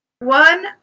One